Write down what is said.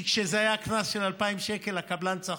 כי כשזה היה קנס של 2,000 שקל הקבלן צחק.